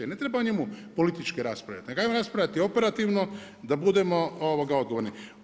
I ne treba o njemu politički raspravljati, nego hajmo raspravljati operativno da budemo odgovorni.